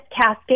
cascade